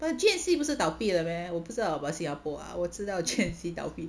but G_N_C 不是倒闭了 meh 我不知道 about 新加坡 ah 我知道 G_N_C 倒闭